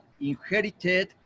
inherited